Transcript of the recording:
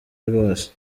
rwose